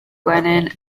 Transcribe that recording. gwenyn